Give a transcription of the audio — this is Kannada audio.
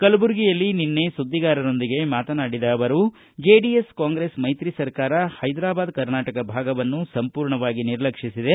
ಕಲಬುರಗಿಯಲ್ಲಿ ನಿನ್ನೆ ಸುದ್ದಿಗಾರರೊಂದಿಗೆ ಮಾತನಾಡಿದ ಅವರು ಜೆಡಿಎಸ್ ಕಾಂಗ್ರೆಸ್ ಮೈತ್ರಿ ಸರ್ಕಾರ ಹೈದರಾಬಾದ್ ಕರ್ನಾಟಕ ಭಾಗವನ್ನು ಸಂಪೂರ್ಣವಾಗಿ ನಿರ್ಲಕ್ಷಿಸಿದೆ